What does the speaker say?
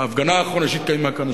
ההפגנה האחרונה שהתקיימה כאן.